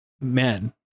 men